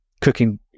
cooking